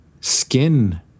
skin